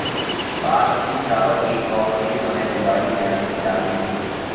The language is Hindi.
बासमती चावल की पौध किस समय उगाई जानी चाहिये?